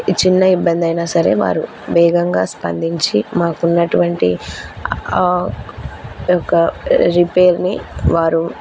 చిన్న ఇబ్బందైనా సరే వారు వేగంగా స్పందించి మాకున్నటువంటి ఆ యొక్క రిపేర్ని వారు